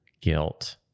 guilt